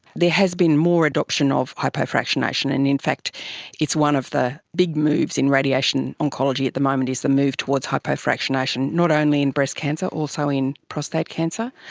has been more adoption of hypofractionation, and in fact it's one of the big moves in radiation oncology at the moment, is the move towards hypofractionation, not only in breast cancer, also in prostate cancer.